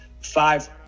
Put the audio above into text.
five